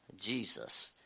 Jesus